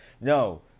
No